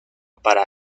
para